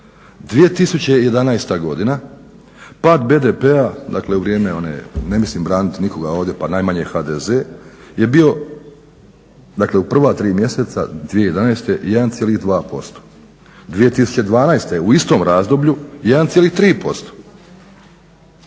2011. godina pad BDP-a, dakle u vrijeme one, ne mislim branit nikoga ovdje, pa najmanje HDZ je bio, dakle u prva tri mjeseca 2011. 1,2%. 2012. u istom razdoblju 1,3%.